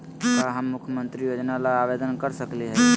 का हम मुख्यमंत्री योजना ला आवेदन कर सकली हई?